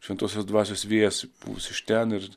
šventosios dvasios vėjas pūs iš ten ir